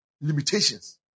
limitations